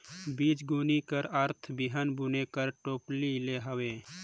बीजगोनी कर अरथ बीहन बुने कर टोपली ले हवे